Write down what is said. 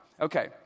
Okay